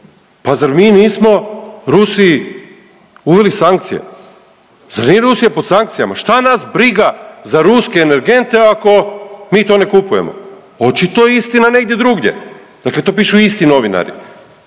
Pa zar mi nismo Rusiji uveli sankcije? Zar nije Rusija pod sankcijama? Šta nas briga za ruske energente ako mi to ne kupujemo? Očito je istina negdje drugdje. Dakle to pišu isti novinari.